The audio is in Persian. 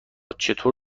چطور